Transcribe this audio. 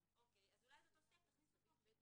אז אולי את התוספת תכניסו פה.